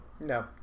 No